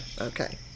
Okay